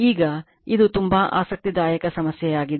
ಈಗ ಇದು ತುಂಬಾ ಆಸಕ್ತಿದಾಯಕ ಸಮಸ್ಯೆಯಾಗಿದೆ